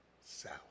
south